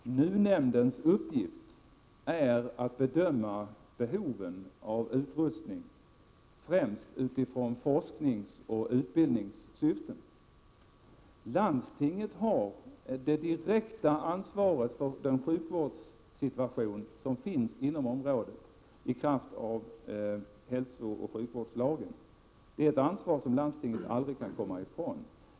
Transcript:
Herr talman! NUU-nämndens uppgift är att bedöma behoven av utrustning främst utifrån forskningsoch utbildningssyften. Landstinget har det direkta ansvaret för sjukvårdssituationen inom området, i kraft av hälsooch sjukvårdslagen. Det är ett ansvar som landstinget aldrig kan komma ifrån.